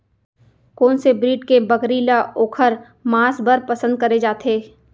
कोन से ब्रीड के बकरी ला ओखर माँस बर पसंद करे जाथे?